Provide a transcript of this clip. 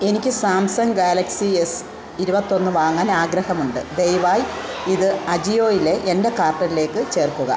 എനിക്ക് Samsung Galaxy S ഇരുപത്തൊന്ന് വാങ്ങാൻ ആഗ്രഹമുണ്ട് ദയവായി ഇത് അജിയോയിലെ എൻ്റെ കാർട്ടിലേക്ക് ചേർക്കുക